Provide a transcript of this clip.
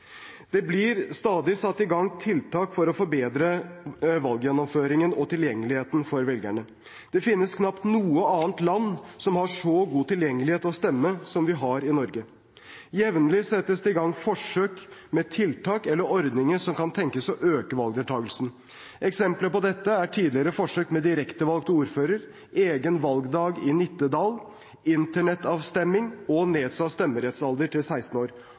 Det blir stadig satt i gang tiltak for å forbedre valggjennomføringen og tilgjengeligheten for velgerne. Det finnes knapt noe annet land som har så god tilgjengelighet til å stemme, som vi har i Norge. Jevnlig settes det i gang forsøk med tiltak eller ordninger som kan tenkes å øke valgdeltakelsen. Eksempler på dette er tidligere forsøk med direkte valgt ordfører, egen valgdag i Nittedal, Internett-stemming og nedsatt stemmerettsalder til 16 år.